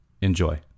enjoy